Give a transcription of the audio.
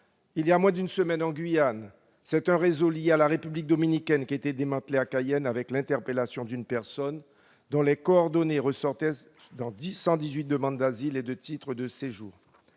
il y a moins d'une semaine, en Guyane, un réseau lié à la République Dominicaine a été démantelé à Cayenne, avec l'interpellation d'une personne dont les coordonnées ressortaient dans 118 demandes d'asile ou titres de séjour.